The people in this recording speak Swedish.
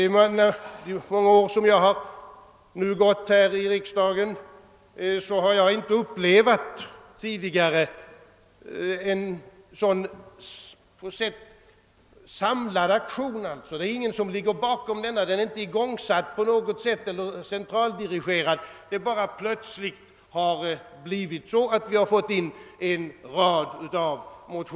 Under de få år som jag har suttit här i riksdagen har jag aldrig tidigare upplevt en sådan aktion. Den är inte samlad eller igångsatt eller centraldirigerad, det har bara plötsligt väckts en rad motioner i ämnet.